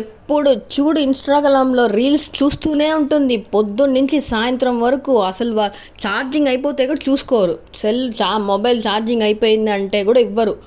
ఎప్పుడు చూడు ఇన్స్టాగ్రామ్లో రీల్స్ చూస్తూనే ఉంటుంది పొద్దున్నుంచి సాయంత్రం వరకు అసలు వాళ్ళు ఛార్జింగ్ అయిపోతే కూడా చూసుకోరు సెల్ మొబైల్ ఛార్జింగ్ అయిపోయిందంటే కూడా ఇవ్వరు